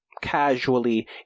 casually